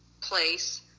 place